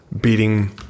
beating